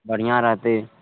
बढ़िआँ रहतइ